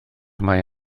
mae